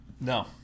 No